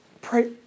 Pray